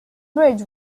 bridge